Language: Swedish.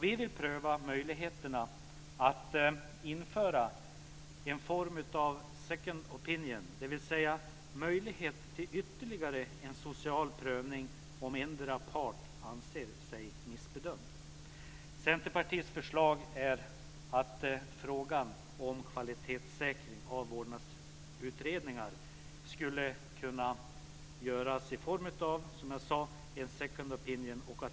Vi vill pröva möjligheterna att införa en form av second opinion, dvs. möjlighet till ytterligare en social prövning om endera parten anser sig missbedömd. Centerpartiets förslag är att kvalitetssäkring av vårdnadsutredningar skulle kunna ske i form av, som jag sade, en second opinion.